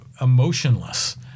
emotionless